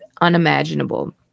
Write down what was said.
unimaginable